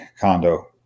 condo